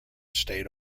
stayed